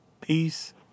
Peace